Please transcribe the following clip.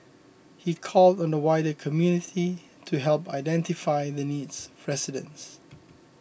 he called on the wider community to help identify the needs of residents